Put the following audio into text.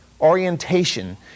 orientation